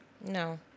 No